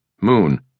moon